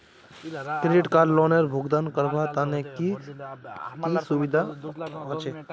Credit card लोनेर भुगतान करवार तने की की सुविधा होचे??